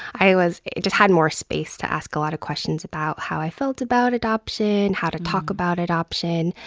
i was just had more space to ask a lot of questions about how i felt about adoption, how to talk about adoption.